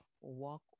walk